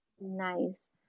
Nice